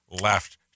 left